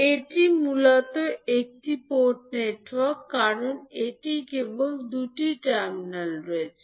এটি মূলত একটি পোর্ট নেটওয়ার্ক কারণ এটিতে কেবল দুটি টার্মিনাল রয়েছে